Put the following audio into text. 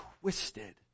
twisted